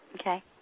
Okay